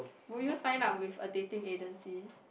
we just sign up with a dating agency